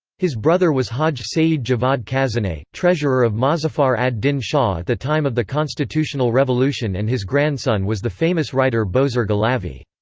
his brother was haj seyyed javad khazaneh, treasurer of mozaffar ad-din shah at the time of the constitutional revolution and his grandson was the famous writer bozorg alavi.